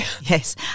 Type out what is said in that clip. Yes